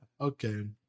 Okay